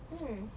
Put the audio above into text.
mm